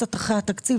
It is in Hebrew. אחרי התקציב,